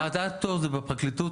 ועדת פטור זה בפרקליטות,